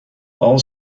all